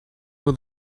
will